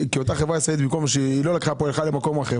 חברה ישראלית לא לקחה פה אלא הלכה למקום אחר,